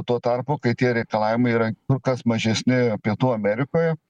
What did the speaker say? tuo tarpu kai tie reikalavimai yra kur kas mažesni pietų amerikoje